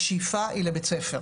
השאיפה היא לבית ספר.